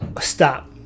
stop